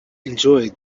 enjoyed